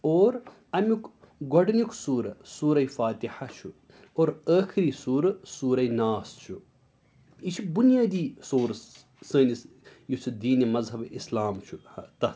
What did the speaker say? اور أمیٛک گۄڈٕنیٛک سوٗرٕ سوٗرہ فاتحہ چھُ اور ٲخری سوٗرٕ سوٗرہ ناس چھُ یہِ چھِ بُنیٲدی سورٕس سٲنِس یُس یہ دینِ مذہب اسلام چھُ تَتھ